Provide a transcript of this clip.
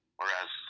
Whereas